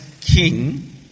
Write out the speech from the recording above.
king